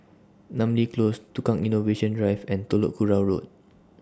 Namly Close Tukang Innovation Drive and Telok Kurau Road